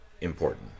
important